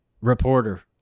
reporter